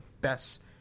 best